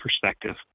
perspective